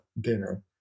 dinner